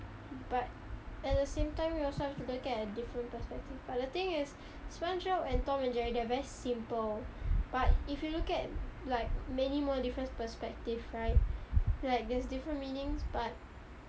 but the thing is spongebob and tom and jerry they're very simple but if you look at like many more different perspective right like there's different meanings but